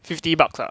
fifty bucks ah